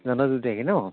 জানুৱাৰী দুই তাৰিখে ন